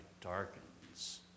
darkens